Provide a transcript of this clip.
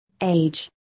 age